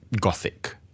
gothic